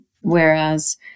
whereas